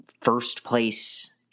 first-place—